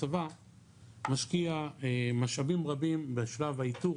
הצבא משקיע משאבים רבים בשלב האיתור,